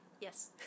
yes